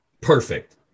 perfect